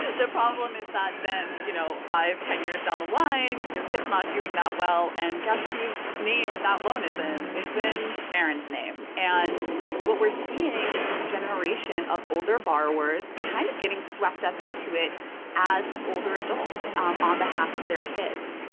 the problem is that then, you know, five, ten years down the line your kid's not doing that well. and guess who's name that loan is in? it's in the parent's name. and what we're seeing is this generation of older borrowers kind of getting swept up into it as older adults um on behalf of their kids.